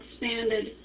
expanded